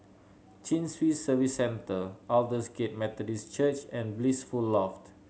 Chin Swee Service Centre Aldersgate Methodist Church and Blissful Loft